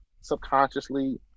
subconsciously